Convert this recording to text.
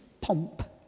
pomp